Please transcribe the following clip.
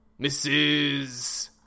Mrs